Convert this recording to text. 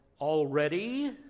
already